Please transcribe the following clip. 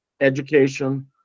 education